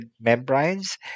membranes